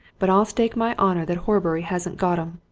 but i'll stake my honour that horbury hasn't got em!